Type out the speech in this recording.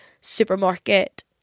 supermarket